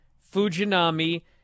Fujinami